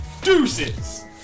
Deuces